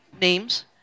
names